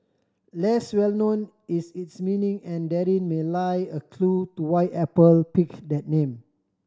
less well known is its meaning and therein may lie a clue to why Apple picked that name